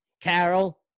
Carol